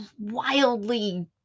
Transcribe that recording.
wildly